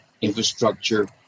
infrastructure